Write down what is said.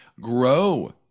grow